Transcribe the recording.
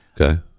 Okay